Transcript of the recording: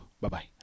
Bye-bye